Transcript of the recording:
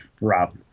Rob